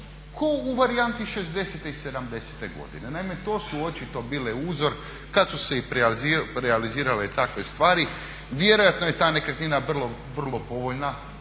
ko u varijanti '60.-te i '70.-te godine. Naime to su očito bile uzor kada su se realizirale takve stvari, vjerojatno je ta nekretnina vrlo povoljna,